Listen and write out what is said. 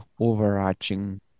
overarching